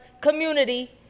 community